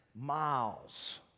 miles